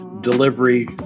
delivery